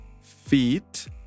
Feet